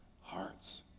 hearts